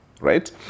right